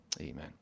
Amen